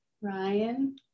Ryan